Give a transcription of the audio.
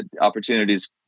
opportunities